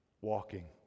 walking